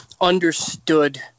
understood